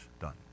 done